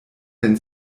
den